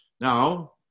Now